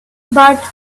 but